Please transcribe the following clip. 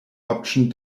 option